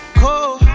cold